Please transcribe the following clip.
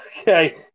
Okay